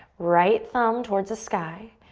right thumb towards the sky,